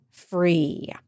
free